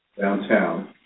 downtown